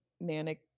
manic